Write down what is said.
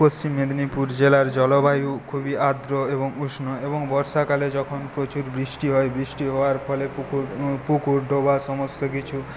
পশ্চিম মেদিনীপুর জেলার জলবায়ু খুবই আদ্র এবং উষ্ণ এবং বর্ষাকালে যখন প্রচুর বৃষ্টি হয় বৃষ্টি হওয়ার ফলে পুকুর ডোবা সমস্ত কিছু